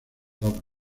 dobles